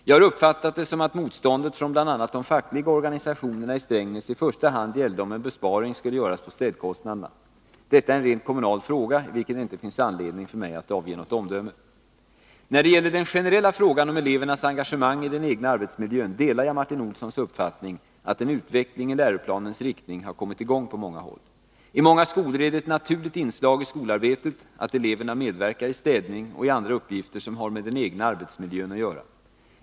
Jag har uppfattat det som att motståndet från i lokalvård m.m. bl.a. de fackliga organisationerna i Strängnäs i första hand gällde om en besparing skulle göras på städkostnaderna. Detta är en rent kommunal fråga, i vilken det inte finns anledning för mig att avge något omdöme. När det gäller den generella frågan om elevernas engagemang i den egna arbetsmiljön delar jag Martin Olssons uppfattning, att en utveckling i läroplanens riktning har kommit i gång på många håll. I många skolor är det ett naturligt inslag i skolarbetet att eleverna medverkar i städning och i andra uppgifter som har med den egna arbetsmiljön att göra.